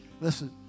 Listen